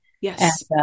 Yes